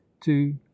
two